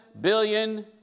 billion